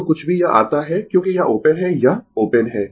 जो कुछ भी यह आता है क्योंकि यह ओपन है यह ओपन है